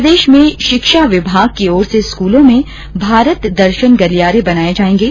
प्रदेश में शिक्षा विमाग की ओर से स्कूलों में भारत दर्शन गलियारे बनाये जायेंगे